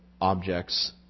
objects